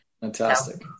Fantastic